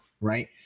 right